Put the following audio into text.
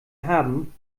haben